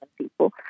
people